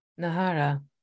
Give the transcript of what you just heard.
Nahara